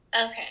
Okay